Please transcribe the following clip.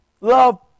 Love